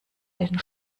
den